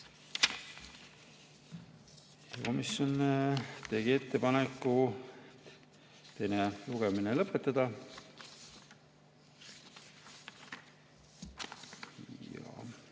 Komisjon tegi ettepaneku teine lugemine lõpetada. Kõik.